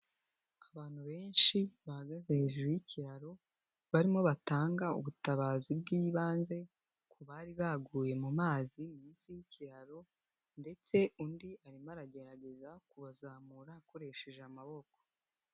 Abantu benshi bahagaze hejuru y'ikiraro, barimo batanga ubutabazi bw'ibanze ku bari baguye mu mazi munsi y'ikiraro ndetse undi arimo aragerageza kubazamura akoresheje amaboko.